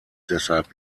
deshalb